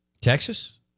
Texas